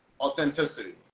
Authenticity